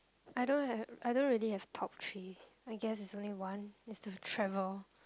I don't have I don't really have top three I guess it's only one it's to travel